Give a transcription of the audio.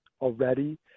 already